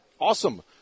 Awesome